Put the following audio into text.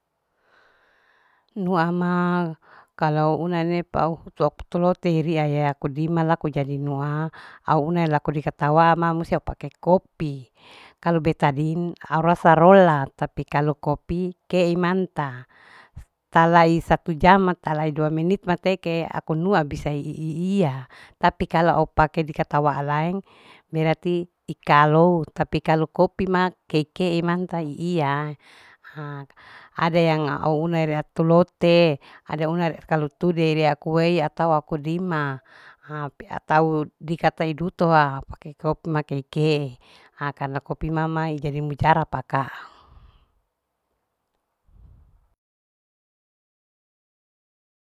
Nu ama kalau una nepa au hutu. au kutu lote laku riyaya ko dima laku jadi nua au una laku dikatawa ma musti u pake kopi kalu betadin au rasa rola tapi kalu kopi kei manta talai satu jam. talai dua menit matei ke aku nua abisa tapi kalau au pake dikatawa au laeng berarti ikalo tapi kalau kopi ma keke imanta iya ada yang au una rea telote adauna rea kalu tude rea aku wei atau rea aku dima atau dika tau duto pake kopi makeke karna kopi mama jadi imujara paka.